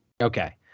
Okay